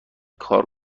کار